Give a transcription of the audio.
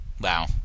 Wow